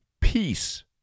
peace